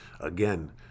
again